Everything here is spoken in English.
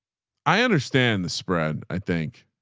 i understand the spread. i think.